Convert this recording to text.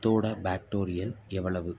பத்தோட ஃபேக்டோரியல் எவ்வளவு